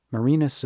Marina